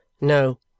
No